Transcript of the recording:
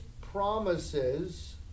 promises